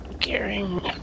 caring